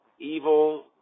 evil